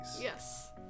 Yes